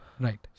right